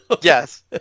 Yes